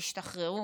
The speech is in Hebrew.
תשתחררו.